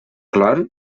clor